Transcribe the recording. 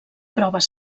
proves